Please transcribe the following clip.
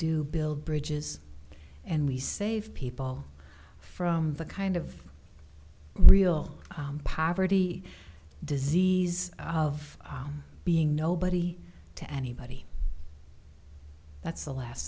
do build bridges and we save people from the kind of real poverty disease of being nobody to anybody that's the last